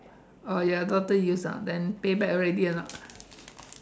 oh ya daughter use ah then pay back already or not